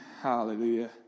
hallelujah